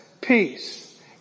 peace